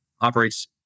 operates